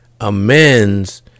amends